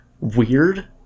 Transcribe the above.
weird